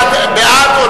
בעד.